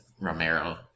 Romero